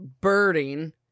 Birding